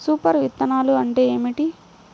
Super విత్తనాలు అంటే ఏమిటి?